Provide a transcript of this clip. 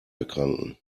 erkranken